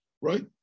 right